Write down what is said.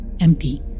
empty